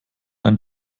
ein